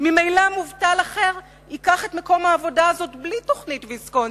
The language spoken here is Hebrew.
ממילא מובטל אחר ייקח את אותו מקום עבודה בלי תוכנית ויסקונסין.